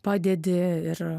padedi ir